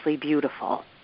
beautiful